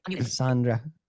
Sandra